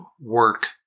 work